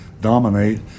dominate